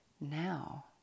now